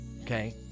okay